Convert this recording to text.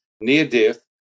near-death